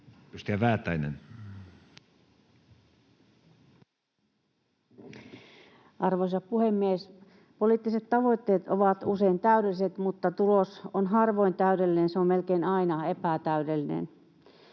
16:21 Content: Arvoisa puhemies! Poliittiset tavoitteet ovat usein täydelliset, mutta tulos on harvoin täydellinen. Se on melkein aina epätäydellinen.